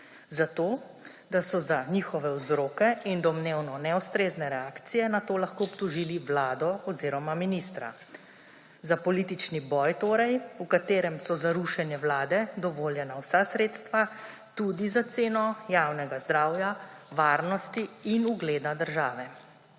zato da so za njihove vzroke in domnevno neustrezne reakcije nato lahko obtožili vlado oziroma ministra. Za politični boj torej, v katerem so za rušenje vlade dovoljena vsa sredstva, tudi za celo javnega zdravja, varnosti in ugleda države.